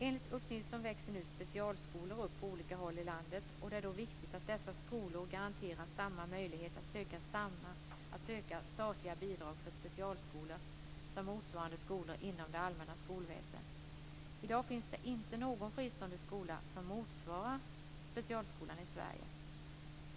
Enligt Ulf Nilsson växer nu specialskolor upp på olika håll i landet, och det är då viktigt att dessa skolor garanteras samma möjlighet att söka statliga bidrag för specialskolor som motsvarande skolor inom det allmänna skolväsendet. I dag finns det inte någon fristående skola som motsvarar specialskolan i Sverige.